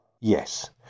Yes